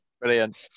brilliant